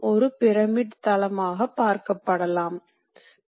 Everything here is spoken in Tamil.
ஆனால் மில்லிங் செயலில் கருவி சுழல்கிறது